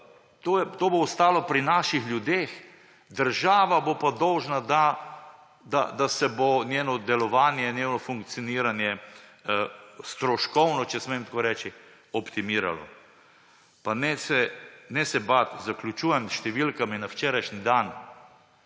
to bo ostalo pri naših ljudeh, država bo pa dolžna, da se bo njeno delovanje, njeno funkcioniranje stroškovno, če smem tako reči, optimiralo. Pa ne se bati. Zaključujem s številkami na včerajšnji dan.